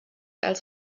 als